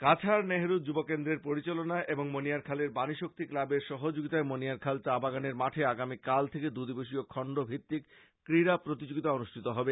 কাছাড় নেহরু যুব কেন্দ্রের পরিচালনায় এবং মণিয়ারখাল বাণীশক্তি ক্লাবের সহযোগীতায় মণিয়ারখাল চা বাগানের মাঠে আগামীকাল থেকে দু দিবসীয় খন্ড ভিত্তিক ক্রীড়া প্রতিযোগীতা অনুষ্ঠিত হবে